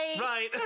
Right